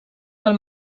pel